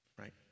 right